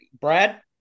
Brad